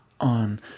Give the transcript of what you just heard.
on